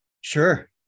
Sure